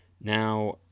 Now